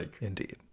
Indeed